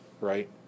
right